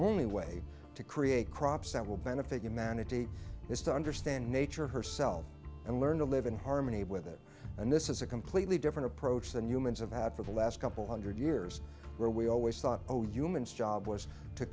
only way to create crops that will benefit humanity is to understand nature herself and learn to live in harmony with it and this is a completely different approach than humans have had for the last couple hundred years where we always thought oh humans job was to